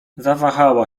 zawahała